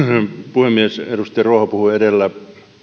puhemies edustaja ruoho puhui edellä